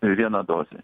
viena dozė